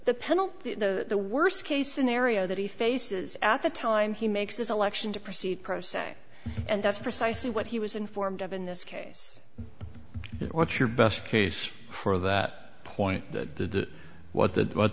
the penalty the worst case scenario that he faces at the time he makes this election to proceed pro se and that's precisely what he was informed of in this case what's your best case for that point that what that what